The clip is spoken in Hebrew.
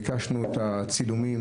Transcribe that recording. ביקשנו את הצילומים,